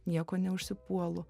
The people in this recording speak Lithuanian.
nieko neužsipuolu